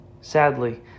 Sadly